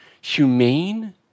humane